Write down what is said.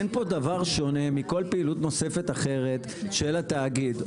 אין פה דבר שונה מכל פעילות נוספת אחרת של התאגיד.